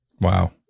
wow